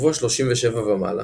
שבוע 37 ומעלה